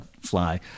fly